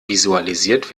visualisiert